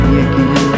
again